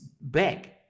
back